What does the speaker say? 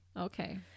Okay